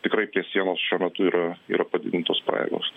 tikrai prie sienos šiuo metu yra yra padidintos pajėgos